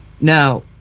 now